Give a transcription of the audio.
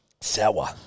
Sour